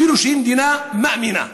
אפילו שהיא מדינה מאמינה.